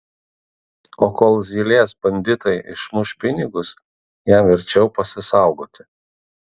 o kol zylės banditai išmuš pinigus jam verčiau pasisaugoti